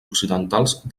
occidentals